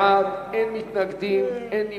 19 בעד, אין מתנגדים, אין נמנעים.